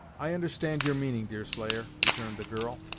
i understand your meaning, deerslayer, returned the girl,